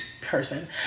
person